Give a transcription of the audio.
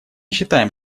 считаем